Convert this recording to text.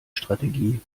strategie